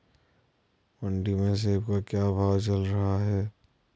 मंडी में सेब का क्या भाव चल रहा है?